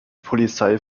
polizei